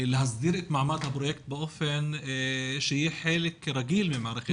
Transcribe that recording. להסדיר את מעמד הפרויקט באופן שיהיה חלק רגיל ממערכת החינוך.